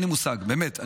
אין לי מושג, באמת.